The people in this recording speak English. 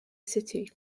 city